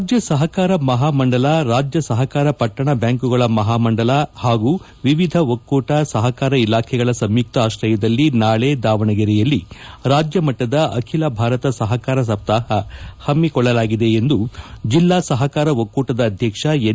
ರಾಜ್ಯ ಸಪಕಾರ ಮಹಾಮಂಡಲ ಸಹಕಾರ ಪಟ್ಟಣ ಬ್ಯಾಂಕುಗಳ ಮಹಾಮಂಡಳ ಹಾಗೂ ವಿವಿಧ ಒಕ್ಕೂಟ ಸಹಕಾರ ಇಲಾಖೆಗಳ ಸಂಯುಕ್ತ ಆಶ್ರಯದಲ್ಲಿ ನಾಳೆ ದಾವಣಗೆರೆಯಲ್ಲಿ ರಾಜ್ಯ ಮಟ್ಟದ ಅಖಿಲ ಭಾರತ ಸಹಕಾರ ಸಪ್ತಾಪ ಹಮ್ಮಿಕೊಳ್ಳಲಾಗಿದೆ ಎಂದು ಜೆಲ್ಲಾ ಸಹಕಾರ ಒಕ್ಕೂಟದ ಅಧ್ಯಕ್ಷ ಎನ್